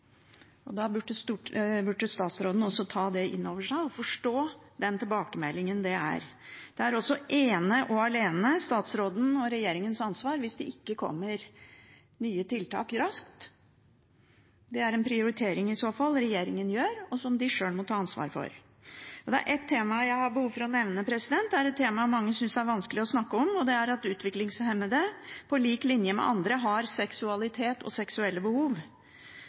dette. Da burde statsråden ta det inn over seg og forstå den tilbakemeldingen. Det er ene og alene statsråden og regjeringens ansvar hvis det ikke kommer nye tiltak raskt. Det er i så fall en prioritering som regjeringen gjør, og som de sjøl må ta ansvar for. Det er ett tema jeg har behov for å nevne. Det er et tema mange synes er vanskelig å snakke om. Det er at utviklingshemmede på lik linje med andre har seksualitet og seksuelle behov.